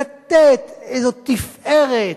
לתת איזו תפארת,